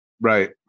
Right